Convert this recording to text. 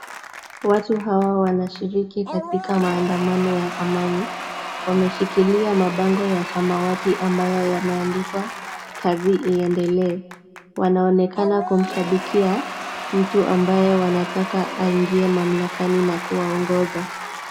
Watu hawa wanashiriki katika maandamano ya amani. Wameshikilia mabango ya samawati ambayo yameandikwa kazi iendelee. Wanaonekana kumshabikia mtu ambaye wanataka aingie mamlekani na kuwaongoza.